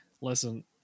listen